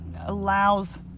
allows